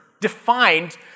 defined